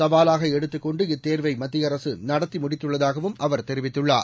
சவாலாக எடுத்துக் கொண்டு இத்தேர்வை மத்திய அரசு நடத்தி முடித்துள்ளதாகவும் அவர் தெரிவித்துள்ளர்